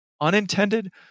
unintended